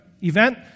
event